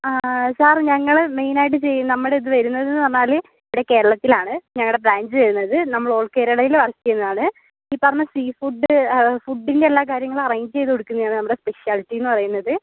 sir ഞങ്ങള് മെയ്നായിട്ട് ചെയ്യ്ന്ന നമ്മുടെ ഇത് വരുന്നന്ന് പറഞ്ഞാല് ഇവിടെ കേരളത്തിലാണ് ഞങ്ങളുടെ ബ്രാഞ്ച് വരുന്നത് നമ്മള് ഓൾ കേരളയില് വർക്കുചെയ്യുന്നതാണ് ഈ പറഞ്ഞ സീഫുഡ് ഫുഡിൻ്റെ എല്ലാ കാര്യങ്ങളും അറേഞ്ച് ചെയ്ത് കൊടുക്കുന്നതാണ് നമ്മുടെ സ്പെഷ്യലിറ്റി എന്ന് പറയുന്നത്